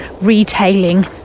retailing